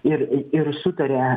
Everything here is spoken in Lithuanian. ir ir sutaria